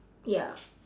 ya